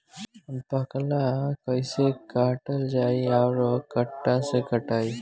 बाकला कईसे काटल जाई औरो कट्ठा से कटाई?